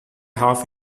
half